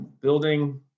building